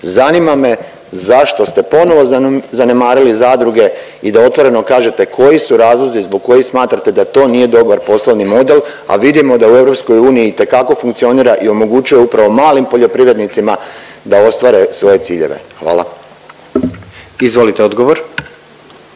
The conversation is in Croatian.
Zanima me zašto ste ponovno zanemarili zadruge i da otvoreno kažete koji su razlozi zbog kojih smatrate da to nije dobar poslovni model, a vidimo da u EU itekako funkcionira i omogućuje upravo malim poljoprivrednicima da ostvare svoje ciljeve. Hvala. **Jandroković,